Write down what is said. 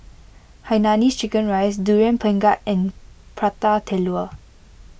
Hainanese Chicken Rice Durian Pengat and Prata Telur